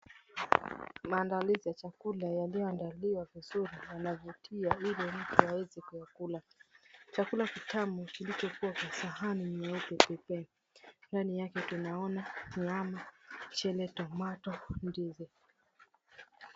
Maandalizi ya chakula yaliyoandaliwa vizuri yanavutia ili mtu aweze kuyakula. Chakula kitamu kilichokuwa kwa sahani nyeupe pepepe. Ndani yake tunaona nyama, chenye tomato , ndizi.